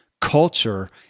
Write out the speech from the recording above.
culture